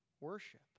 worship